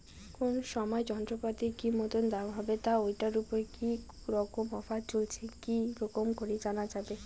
কোন সময় যন্ত্রপাতির কি মতন দাম হবে বা ঐটার উপর কি রকম অফার চলছে কি রকম করি জানা যাবে?